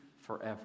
forever